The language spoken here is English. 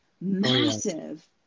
massive